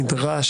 קודם כל שנדע,